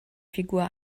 figur